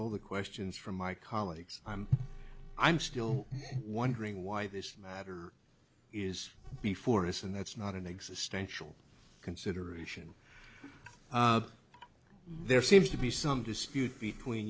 all the questions from my colleagues i'm still wondering why this matter is before us and that's not an existential consideration there seems to be some dispute between